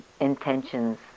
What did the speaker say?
intentions